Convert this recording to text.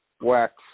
wax